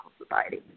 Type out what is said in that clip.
Society